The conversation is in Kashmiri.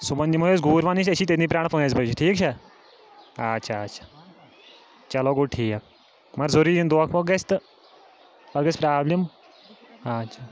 صُبحَن یِمو أسۍ گوٗرۍ وَانس نِش أسۍ چھی تٔتۍنٕے پرٛاران پٲنٛژھِ بَجہِ ٹھیٖک چھا آچھا آچھا چلو گوٚو ٹھیٖک مگر ضوٚروٗری یِن دھوکہٕ وونٛکھ گژھِ تہٕ پَتہٕ گژھِ پرٛابلِم آچھا